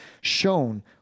shown